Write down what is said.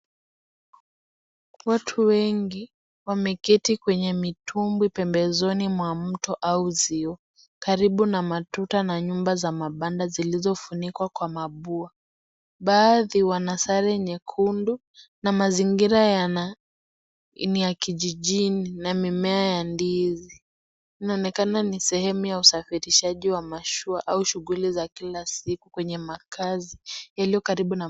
Watu wengi wameketi kwenye mitumbwi pembezoni mwa mto au ziwa. Karibu na matuta na nyumba za mabanda zilizofunikwa kwa mabua. Baadhi wana sare nyekundu na mazingira ni ya kijijini na mimea ya ndizi. Inaonekana ni sehemu ya usafirishaji wa mashua au shughuli za kila siku kwenye makazi yaliyo karibu na .